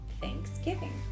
Thanksgiving